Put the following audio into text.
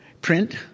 print